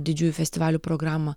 didžiųjų festivalių programą